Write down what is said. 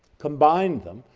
combined them,